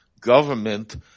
government